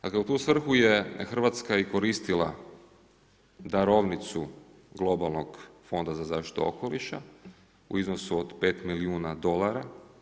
Dakle u tu svrhu je Hrvatska i koristila darovnicu globalno Fonda za zaštitu okoliša u iznosu od 5 milijuna dolara.